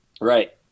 Right